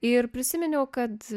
ir prisiminiau kad